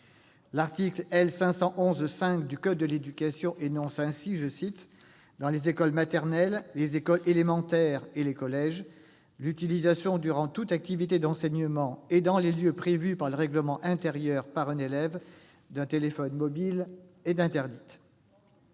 L'article L. 511-5 du code de l'éducation dispose ainsi que, « dans les écoles maternelles, les écoles élémentaires et les collèges, l'utilisation durant toute activité d'enseignement et dans les lieux prévus par le règlement intérieur, par un élève, d'un téléphone mobile est interdite ».